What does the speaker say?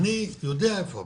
אני יודע איפה הבעיה,